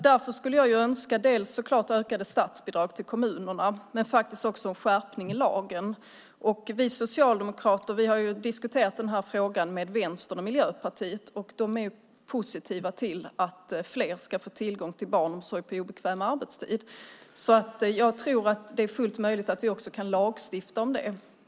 Därför skulle jag så klart önska dels ökade statsbidrag till kommunerna, dels en skärpning av lagen. Vi socialdemokrater har diskuterat den här frågan med Vänstern och Miljöpartiet. De är positiva till att fler ska få tillgång till barnomsorg på obekväm arbetstid, så jag tror att det är fullt möjligt att vi också kan lagstifta om det.